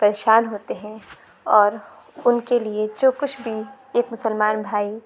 پریشان ہوتے ہیں اور ان کے لیے جو کچھ بھی ایک مسلمان بھائی